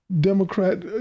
Democrat